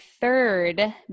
third